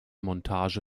montage